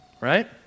right